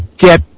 get